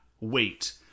wait